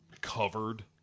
covered